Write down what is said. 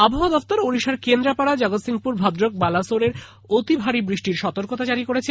আবহাওয়া দপ্তর ওড়িশায় কেন্দ্রপাড়া জগৎসিংপুর ভদ্রক ও বালাসোরে অতিভারী বৃষ্টির সতর্কতা জারী করেছে